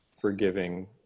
forgiving